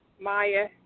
Maya